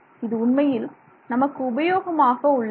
இது உண்மையில் நமக்கு உபயோகமாக உள்ளன